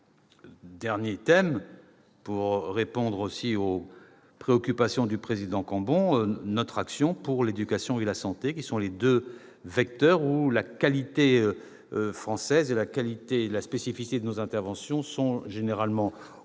dernier thème- je réponds ainsi aux préoccupations du président Cambon -: notre action pour l'éducation et pour la santé, c'est-à-dire pour les deux vecteurs où la qualité française et la spécificité de nos interventions sont généralement au